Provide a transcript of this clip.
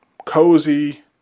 cozy